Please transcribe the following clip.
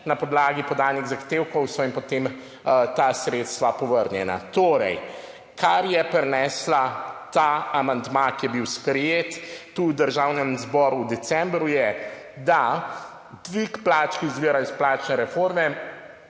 na podlagi podanih zahtevkov so jim potem ta sredstva povrnjena. Torej, kar je prinesel ta amandma, ki je bil sprejet v Državnem zboru v decembru, je, da se dvig plač, ki izvira iz plačne reforme,